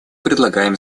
предлагаем